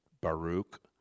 Baruch